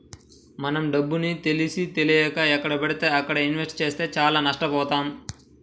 మనం డబ్బుని తెలిసీతెలియక ఎక్కడబడితే అక్కడ ఇన్వెస్ట్ చేస్తే చానా నష్టబోతాం